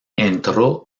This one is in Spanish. entró